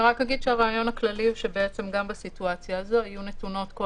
רק אגיד שהרעיון הכללי הוא שגם בסיטואציה הזו יהיו נתונות כל